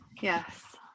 yes